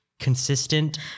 Consistent